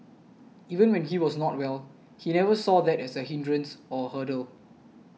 even when he was not well he never saw that as a hindrance or a hurdle